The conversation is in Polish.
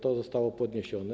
To zostało podniesione.